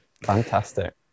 Fantastic